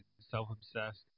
self-obsessed